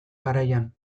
garaian